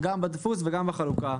גם בדפוס וגם בחלוקה.